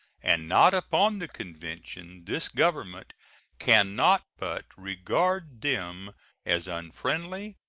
and not upon the convention, this government can not but regard them as unfriendly,